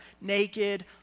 naked